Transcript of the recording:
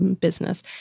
business